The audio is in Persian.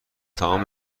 تموم